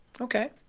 Okay